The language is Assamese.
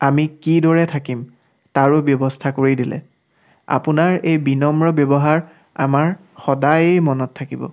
আমি কিদৰে থাকিম তাৰো ব্যৱস্থা কৰি দিলে আপোনাৰ এই বিনম্ৰ ব্যৱহাৰ আমাৰ সদায়ে মনত থাকিব